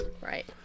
Right